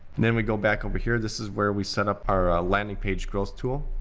and then we go back over here. this is where we set up our landing page growth tool.